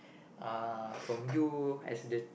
uh from you as the